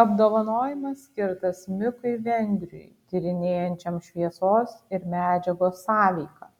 apdovanojimas skirtas mikui vengriui tyrinėjančiam šviesos ir medžiagos sąveiką